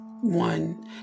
one